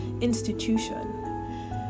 institution